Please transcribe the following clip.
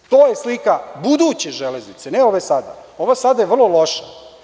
To je slika buduće „Železnice“, ne ove sada, ova sada je vrlo loša.